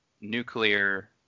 nuclear